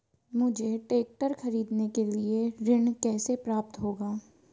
मुझे ट्रैक्टर खरीदने के लिए ऋण कैसे प्राप्त होगा?